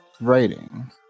writing